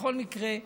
בכל מקרה,